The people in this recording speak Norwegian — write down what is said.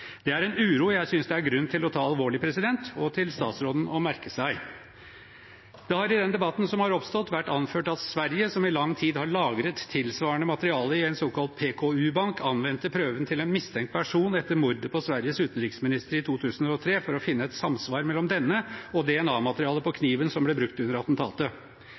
Det er en uro jeg synes det er grunn til å ta alvorlig og til statsråden å merke seg. Det har i den debatten som har oppstått, vært anført at Sverige – som i lang tid har lagret tilsvarende materiale i en såkalt PKU-bank – anvendte prøven til en mistenkt person etter mordet på Sveriges utenriksminister i 2003 for å finne et samsvar mellom denne og DNA-materialet på kniven som ble brukt under attentatet.